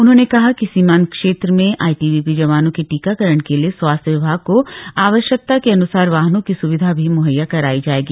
उन्होंने कहा कि सीमांत क्षेत्र में आईटीबीपी जवानों के टीकाकरण के लिए स्वास्थ्य विभाग को आवश्यकता के अनुसार वाहनों की सुविधा भी मुहैया करायी जाएगी